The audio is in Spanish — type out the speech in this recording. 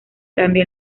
cambio